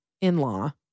in-law